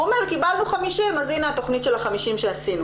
הוא אומר 'קיבלנו 50 מיליון אז הנה ה-50 מיליון שעשינו',